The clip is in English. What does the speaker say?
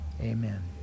amen